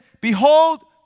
Behold